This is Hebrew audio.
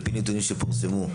על פי נתונים שפורסמו,